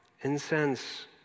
incense